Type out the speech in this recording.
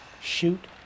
Shoot